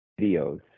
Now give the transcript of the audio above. videos